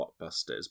blockbusters